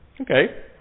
Okay